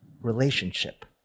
relationship